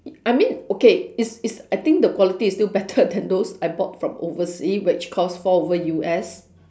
I mean okay it's it's I think the quality is still better than those I bought from oversea which cost four over U_S